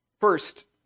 First